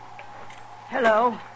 Hello